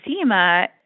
SEMA